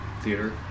theater